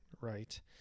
right